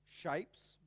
shapes